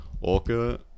Orca